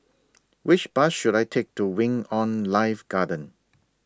Which Bus should I Take to Wing on Life Garden